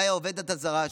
אולי עובדת זרה,